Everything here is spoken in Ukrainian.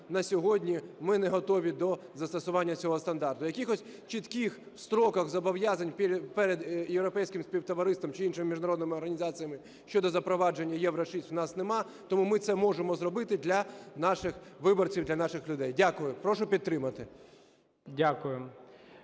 на сьогодні ми не готові до застосування цього стандарту. Якихось чітких строків зобов'язань перед європейським співтовариством чи іншими міжнародними організаціями щодо запровадження "Євро-6" у нас немає, тому ми це можемо зробити для наших виборців, для наших людей. Дякую. Прошу підтримати.